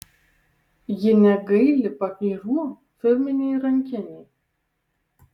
ji negaili pagyrų firminei rankinei